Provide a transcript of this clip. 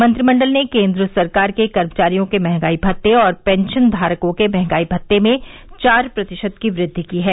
मंत्रिमंडल ने केन्द्र सरकार के कर्मचारियों के महंगाई भत्ते और पेंशन धारकों के मंहगाई राहत में चार प्रतिशत की वृद्धि की है